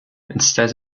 instead